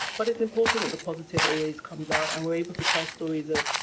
but it's important that the positive always comes out and we're able to tell stories of,